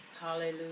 Hallelujah